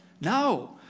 No